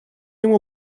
ему